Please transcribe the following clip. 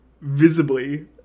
visibly